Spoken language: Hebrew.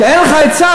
כי אין לך עצה,